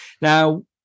Now